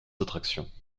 attractions